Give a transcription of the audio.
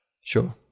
Sure